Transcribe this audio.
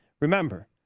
Remember